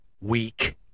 weak